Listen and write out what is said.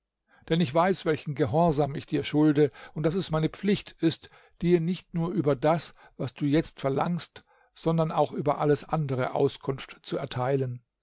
denn ich weiß welchen gehorsam ich dir schulde und daß es meine pflicht ist dir nicht nur über das was du jetzt verlangst sondern auch über alles andere auskunft zu erteilen